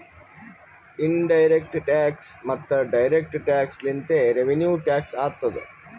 in direct tax ಮತ್ತ direct tax ಲಿಂತೆ revenue tax ಆತ್ತುದ್